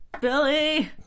Billy